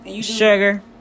Sugar